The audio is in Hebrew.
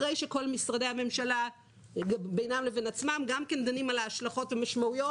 אחרי שכל משרדי הממשלה בינם לבין עצמם דנים על ההשלכות והמשמעויות.